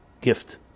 gift